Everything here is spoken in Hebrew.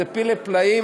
זה פלא פלאים,